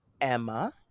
Emma